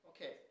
Okay